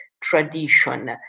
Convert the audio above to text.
tradition